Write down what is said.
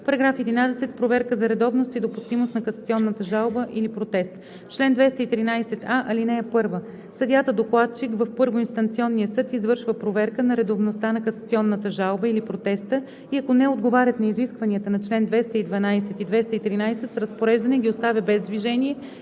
11: „§ 11. „Проверка за редовност и допустимост на касационната жалба или протест Чл. 213а (1) Съдията-докладчик в първоинстанционния съд извършва проверка на редовността на касационната жалба или протеста и ако не отговарят на изискванията на чл. 212 и 213, с разпореждане ги оставя без движение